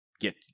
Get